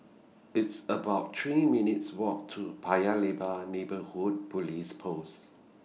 It's about three minutes' Walk to Paya Lebar Neighbourhood Police Post